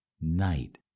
night